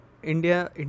India